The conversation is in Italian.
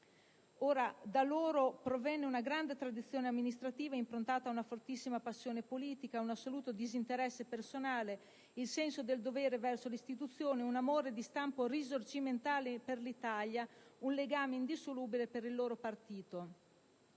Da loro proviene una grande tradizione amministrativa improntata a una fortissima passione politica, un assoluto disinteresse personale, il senso del dovere verso le istituzioni, un amore di stampo risorgimentale per l'Italia, un legame indissolubile per il proprio partito.